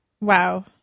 wow